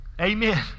Amen